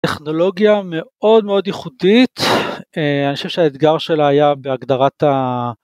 טכנולוגיה מאוד מאוד איכותית, אני חושב שהאתגר שלה היה בהגדרת ה...